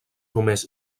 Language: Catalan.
només